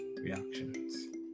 reactions